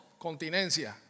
continencia